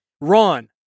Ron